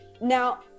Now